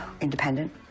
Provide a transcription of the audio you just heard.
independent